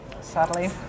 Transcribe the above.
Sadly